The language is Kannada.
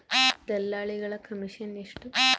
ದಲ್ಲಾಳಿಗಳ ಕಮಿಷನ್ ಎಷ್ಟು?